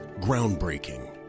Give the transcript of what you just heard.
groundbreaking